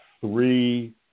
three